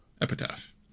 epitaph